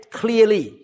clearly